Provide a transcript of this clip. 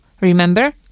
Remember